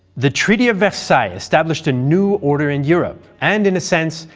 the treaty of versailles established a new order in europe, and, in a sense,